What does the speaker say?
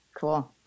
Cool